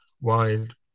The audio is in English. wild